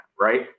right